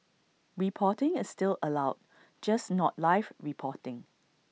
reporting is still allowed just not live reporting